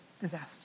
disaster